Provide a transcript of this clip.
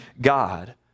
God